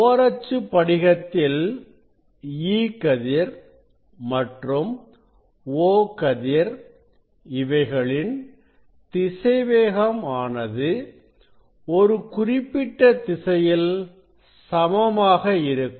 ஓரச்சுப் படிகத்தில் E கதிர் மற்றும் O கதிர் இவைகளின் திசைவேகம் ஆனது ஒரு குறிப்பிட்ட திசையில் சமமாக இருக்கும்